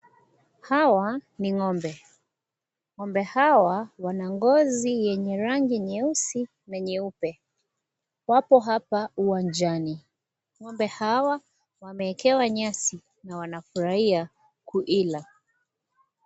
Hawa ni ng'ombe. Ng'ombe hawa, wana ngozi yenye rangi nyeusi na nyeupe. Wapo hapa uwanjani. Ng'ombe hawa, wamewekewa nyasi na wanafurahia kila.